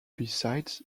besides